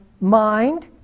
mind